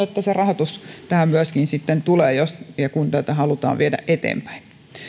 että se rahoitus tähän myöskin sitten tulee jos ja kun tätä halutaan viedä eteenpäin